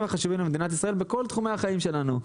החשובים למדינת ישראל בכל תחומי החיים שלנו,